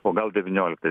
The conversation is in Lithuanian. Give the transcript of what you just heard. o gal devynioliktais